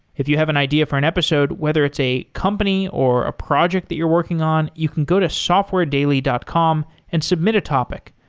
if you have an idea for an episode, whether it's a company or a project that you're working on, you can go to softwaredaily dot com and submit a topic.